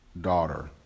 daughter